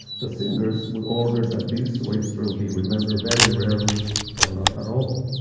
the singers would order that these wastrel be remembered very rarely or not at all.